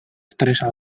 estresa